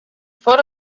photo